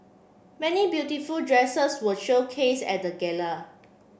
many beautiful dresses were showcased at the gala